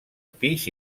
pis